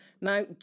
Now